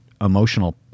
emotional